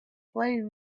playing